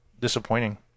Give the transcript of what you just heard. disappointing